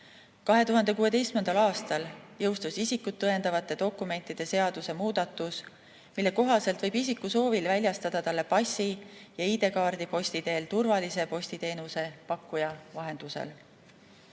2016. aastal jõustus isikut tõendavate dokumentide seaduse muudatus, mille kohaselt võib isiku soovil väljastada talle passi ja ID‑kaardi posti teel turvalise postiteenuse pakkuja vahendusel.